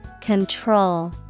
Control